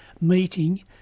meeting